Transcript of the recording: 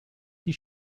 die